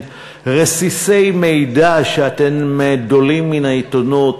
רסיסי מידע שאתם דולים מן העיתונות.